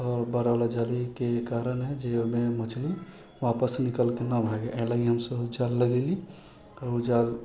आओर बड़ावला जालीके कारण जे ओइमे मछली वापस निकलिके नहि भागे अय लागि हमसभ जाल लगेली